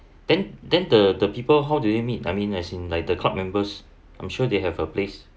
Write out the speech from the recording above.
then then the the people how did you meet I mean as in like the club members I'm sure they have a place